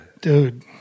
Dude